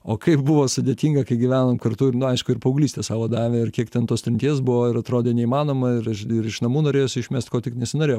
o kaip buvo sudėtinga kai gyvenom kartu ir nu aišku ir paauglystė savo davė ir kiek ten tos trinties buvo ir atrodė neįmanoma ir iš ir iš namų norėjosi išmest ko tik nesinorėjo